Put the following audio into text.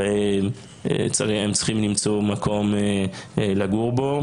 הרי הם צריכים למצוא מקום לגור בו,